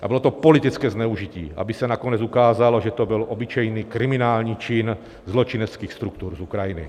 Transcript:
A bylo to politické zneužití, aby se nakonec ukázalo, že to byl obyčejný kriminální čin zločineckých struktur z Ukrajiny.